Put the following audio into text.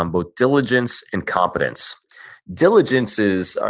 um both diligence and competence diligence is,